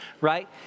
right